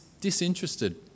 disinterested